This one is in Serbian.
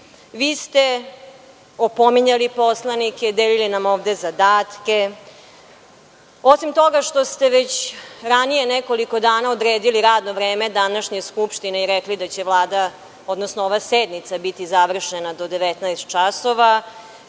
ste opominjali poslanike, delili nam ovde zadatke. Osim toga što ste ranije nekoliko dana odredili radno vreme današnje Skupštine i rekli da će Vlada, odnosno ova sednica biti završena do 19,00 časova.